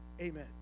Amen